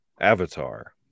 Avatar